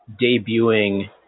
debuting